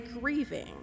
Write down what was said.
grieving